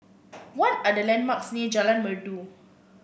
what are the landmarks near Jalan Merdu